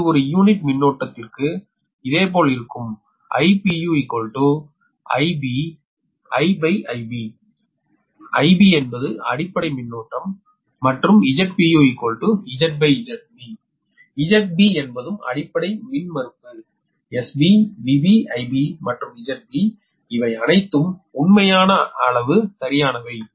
இது ஒரு யூனிட் மின்னோட்டத்திற்கு இதேபோல் இருக்கும் IpuIIB IB என்பது அடிப்படை மின்னோட்டம் மற்றும் ZpuZZB ZB என்பதும் அடிப்படை மின்மறுப்பு 𝑺𝑩 𝑽𝑩 𝑰𝑩 மற்றும் 𝒁𝑩 இவை அனைத்தும் உண்மையான அளவு சரியானவை